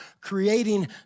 creating